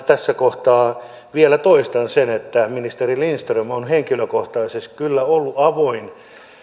tässä kohtaa vielä toistan sen että ministeri lindström on henkilökohtaisesti kyllä ollut avoin